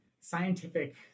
scientific